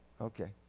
okay